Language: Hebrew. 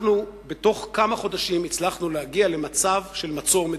אנחנו בתוך כמה חודשים הצלחנו להגיע למצב של מצור מדיני.